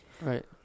right